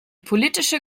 politische